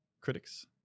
Critics